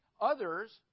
others